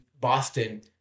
Boston